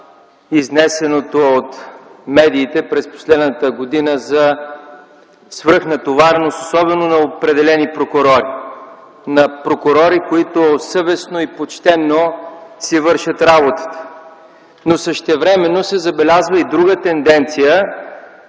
изнесеното от медиите през последната година за свръхнатовареност, особено на определени прокурори – на прокурори, които съвестно и почтено си вършат работата. Но същевременно се забелязва и друга тенденция